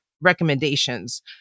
recommendations